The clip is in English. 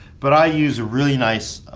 but i use a really nice.